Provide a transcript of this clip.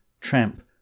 tramp